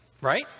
right